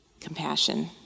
compassion